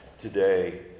Today